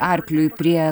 arkliui prie